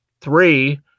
Three